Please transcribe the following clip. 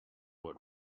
what